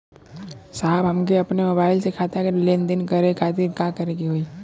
साहब हमके अपने मोबाइल से खाता के लेनदेन करे खातिर का करे के होई?